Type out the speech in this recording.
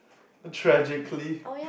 tragically